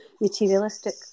materialistic